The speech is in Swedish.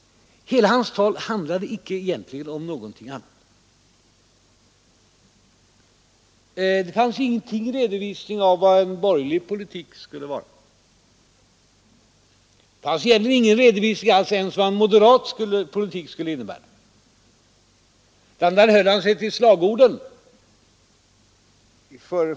Hela hans tal handlade egentligen icke om någonting annat. Det fanns ingen redovisning av vad en borgerlig politik skulle innebära. Det fanns egentligen inte ens någon redovisning av vad en moderat politik skulle innebära, utan där höll sig herr Bohman till slagorden.